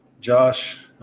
Josh